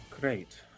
great